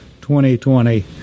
2020